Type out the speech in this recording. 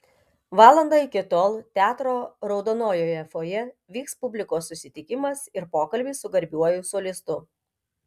valandą iki tol teatro raudonojoje fojė vyks publikos susitikimas ir pokalbis su garbiuoju solistu